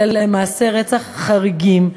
אלא למעשי רצח חריגים,